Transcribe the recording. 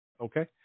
okay